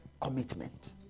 Commitment